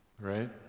right